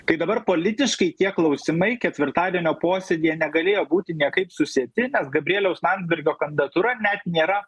tai dabar politiškai tie klausimai ketvirtadienio posėdyje negalėjo būti niekaip susieti nes gabrieliaus landsbergio kandidatūra net nėra